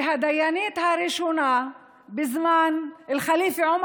והדיינית הראשונה בזמן אל-ח'ליף אל-עומר